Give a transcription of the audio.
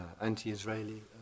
anti-Israeli